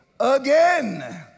Again